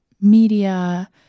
media